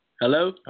hello